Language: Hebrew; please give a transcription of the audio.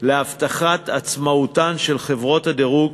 להבטחת עצמאותן של חברות הדירוג